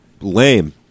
lame